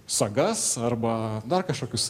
sagas arba dar kažkokius